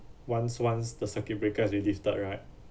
once once the circuit breaker already start right